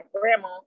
grandma